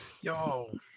Yo